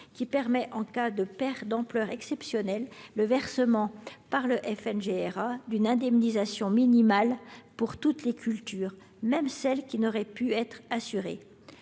qui permet, en cas de pertes d’ampleur exceptionnelle, le versement par le FNGRA d’une indemnisation minimale pour toutes les cultures, même celles qui n’auraient pu être assurées.